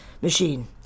machine